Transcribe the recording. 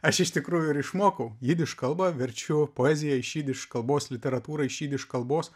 aš iš tikrųjų ir išmokau jidiš kalbą verčiu poeziją į jidiš kalbos literatūrą iš jidiš kalbos